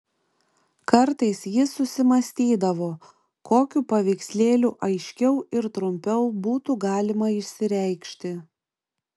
kartais jis susimąstydavo kokiu paveikslėliu aiškiau ir trumpiau būtų galima išsireikšti